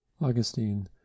Augustine